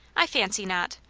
i fancy not.